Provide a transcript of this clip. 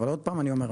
אבל עוד פעם אני אומר,